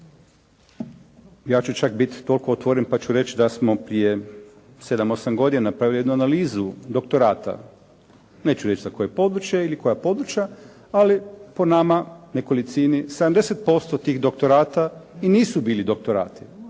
Ja ću čak biti toliko otvoren pa ću reći da smo prije 7, 8 godina napravili jednu analizu doktorata, neću reći za koje područje ili koja područja ali po nama nekolicini, 70% tih doktorata nisu bili doktorata